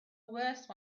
worse